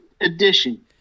edition